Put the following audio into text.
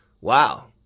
Wow